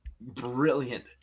Brilliant